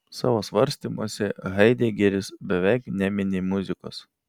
savo svarstymuose haidegeris beveik nemini muzikos